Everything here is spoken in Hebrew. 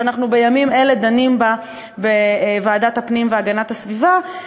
שאנחנו בימים אלה דנים בה בוועדת הפנים והגנת הסביבה,